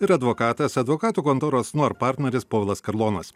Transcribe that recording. ir advokatas advokatų kontoros nor partneris povilas karlonas